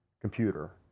computer